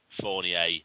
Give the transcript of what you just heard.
Fournier